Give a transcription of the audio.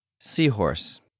Seahorse